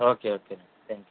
okay okay అండి thank you